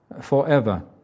forever